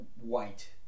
white